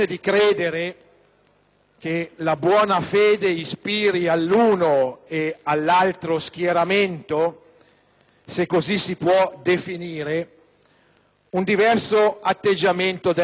la buona fede ispiri all'uno e all'altro schieramento, se così si possono definire, un diverso atteggiamento della coscienza.